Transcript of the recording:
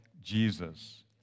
Jesus